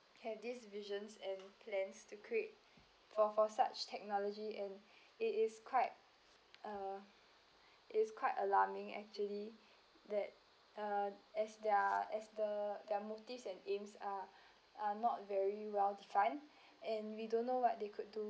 have these visions and plans to create for for such technology and it is quite uh it's quite alarming actually that uh as their as the their motives and aims are are not very well defined and we don't know what they could do